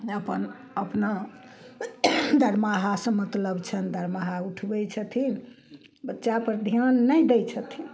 अपन अपना दरमाहा से मतलब छनि दरमाहा उठबै छथिन बच्चा पर ध्यान नहि दै छथिन